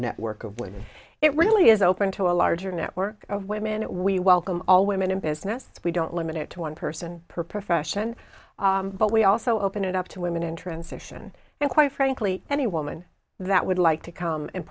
network of women it really is open to a larger network of women we welcome all women in business we don't limit it to one person per profession but we also open it up to women in transition and quite frankly any woman that would like to come and